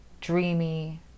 dreamy